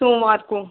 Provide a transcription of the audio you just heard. सोमवार को